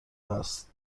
است